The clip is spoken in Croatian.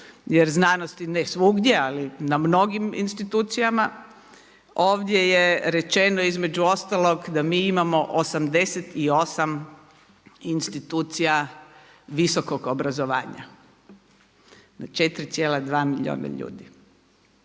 jer znanost, ne svugdje ali na mnogim institucijama. Ovdje je rečeno između ostalog da mi imamo 88 institucija visokog obrazovanja na 4,2 milijuna ljudi.